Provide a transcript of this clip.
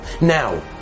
Now